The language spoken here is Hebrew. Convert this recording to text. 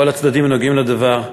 כל הצדדים הנוגעים לדבר,